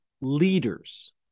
leaders